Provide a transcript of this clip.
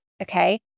Okay